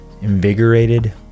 invigorated